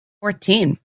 Fourteen